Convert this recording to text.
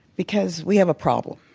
because we have a problem.